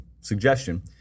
suggestion